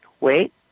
wait